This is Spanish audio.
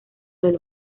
del